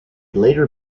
later